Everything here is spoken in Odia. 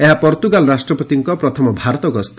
ଏହା ପର୍ତ୍ତୁଗାଲ ରାଷ୍ଟ୍ରପତିଙ୍କ ପ୍ରଥମ ଭାରତ ଗସ୍ତ